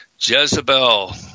Jezebel